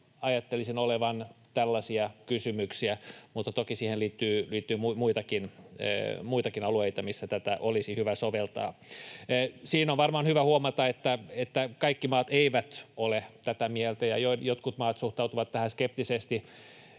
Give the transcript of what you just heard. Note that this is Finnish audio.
tyypillisesti olevan tällaisia kysymyksiä, mutta toki siihen liittyy muitakin alueita, missä tätä olisi hyvä soveltaa. Siinä on varmaan hyvä huomata, että kaikki maat eivät ole tätä mieltä ja jotkut maat suhtautuvat tähän skeptisesti